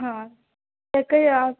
हां तर काही